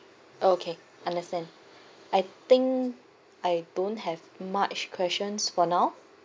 okay understand I think I don't have much questions for now